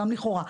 גם לכאורה.